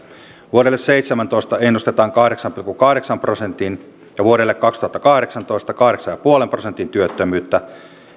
vuodelle seitsemäntoista ennustetaan kahdeksan pilkku kahdeksan prosentin ja vuodelle kaksituhattakahdeksantoista ennustetaan kahdeksan pilkku viiden prosentin työttömyyttä